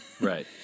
right